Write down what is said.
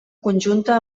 conjunta